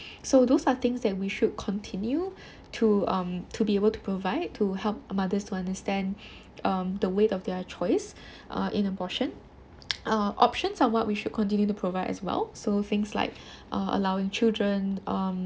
so those are things that we should continue to um to be able to provide to help mothers to understand um the weight of their choice uh in abortion uh options are what we should continue to provide as well so like things like uh allowing children um